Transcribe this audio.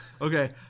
okay